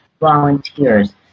volunteers